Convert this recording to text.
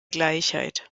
gleichheit